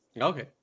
Okay